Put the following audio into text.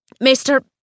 mister